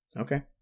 Okay